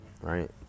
right